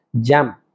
jam